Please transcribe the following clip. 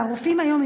והרופאים היום,